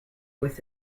with